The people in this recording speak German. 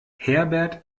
herbert